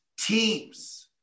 teams